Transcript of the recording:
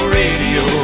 radio